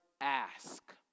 Ask